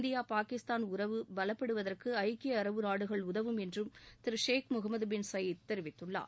India Pakistan உறவு பலப்படுவதற்கு ஐக்கிய அரபு நாடுகள் உதவும் என்றும் திரு முகமது பின் சயீத் தெரிவித்துள்ளார்